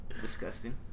disgusting